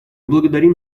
благодарим